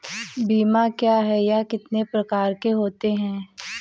बीमा क्या है यह कितने प्रकार के होते हैं?